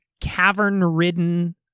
cavern-ridden